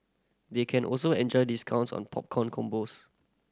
they can also enjoy discounts on popcorn combos